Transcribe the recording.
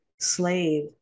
slave